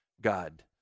God